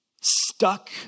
stuck